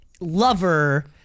lover